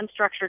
unstructured